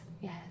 Yes